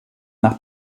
nach